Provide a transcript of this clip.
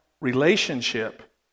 relationship